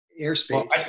airspace